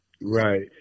Right